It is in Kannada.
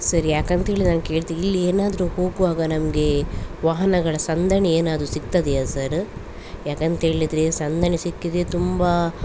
ಸರ್ ಯಾಕಂತೇಳಿ ನಾನು ಕೇಳ್ತಿನಿ ಇಲ್ಲಿ ಏನಾದರು ಹೋಗುವಾಗ ನಮಗೆ ವಾಹನಗಳ ಸಂದಣಿ ಏನಾದರು ಸಿಕ್ತದೇಯಾ ಸರ ಯಾಕಂತೇಳಿದರೆ ಸಂದಣಿ ಸಿಕ್ಕಿದರೆ ತುಂಬ